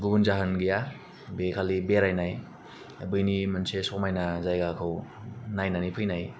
गुबुन जाहोन गैया बे खालि बेरायनाय बैनि मोनसे समायना जायगाखौ नायनानै फैनाय